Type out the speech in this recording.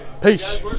Peace